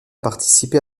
participé